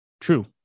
True